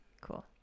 cool